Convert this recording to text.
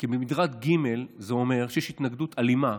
כי מדרג ג' זה אומר שכשיש התנגדות אלימה